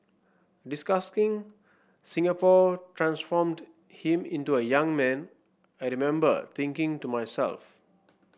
discussing Singapore transformed him into a young man I remember thinking to myself